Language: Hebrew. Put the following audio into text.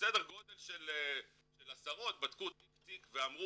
בסדר גודל של עשרות בדקו תיק-תיק ואמרו